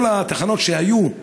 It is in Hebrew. כל התחנות שהיו,